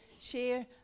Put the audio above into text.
share